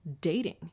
dating